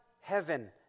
heaven